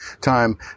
time